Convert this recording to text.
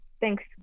Thanks